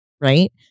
right